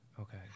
Okay